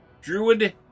Druid